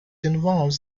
involved